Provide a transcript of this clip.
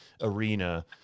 arena